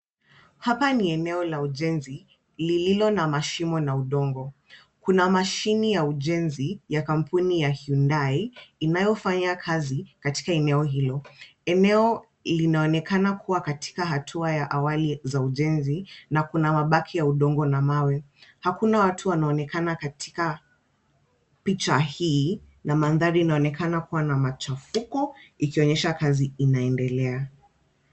Hapa ni eneo la ujenzi lililo na mashimo na udongo. Kuna mashini ya ujenzi ya kampuni ya Hyundai inayofanya kazi katika eneo hilo. Eneo linaonekana kuwa katika hatua ya awali za ujenzi na kuna mabaki ya udongo na mawe. Hakuna watu wanaoneknana katika picha hii na mandhari inaonekana kuwa na machafuko ikionyesha kazi inaendelea.